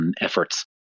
efforts